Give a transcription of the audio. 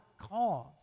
cause